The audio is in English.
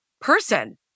person